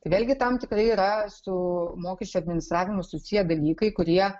vėlgi tam tikri yra su mokesčių administravimu susiję dalykai kurie